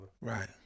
Right